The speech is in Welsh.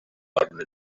arnyn